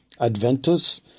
Adventus